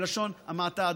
בלשון המעטה.